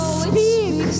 speak